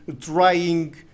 trying